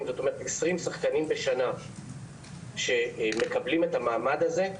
שחקנים בשנה שמקבלים את המעמד הזה,